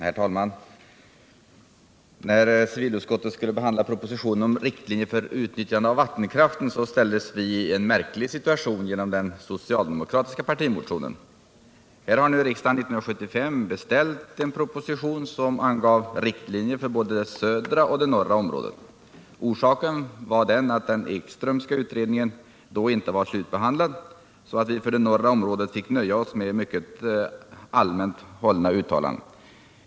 Herr talman! När civilutskottet skulle behandla propositionen om riktlinjer för utnyttjandet av vattenkraften ställdes vi i en märklig situation genom den socialdemokratiska partimotionen. Här har nu riksdagen år 1975 beställt en proposition som skulle ange riktlinjer för både det södra och det norra området. Ett skäl var att den Ekströmska utredningen då inte var slutbehandlad, varför vi för det norra området fick nöja oss med mycket allmänt hållna uttalanden.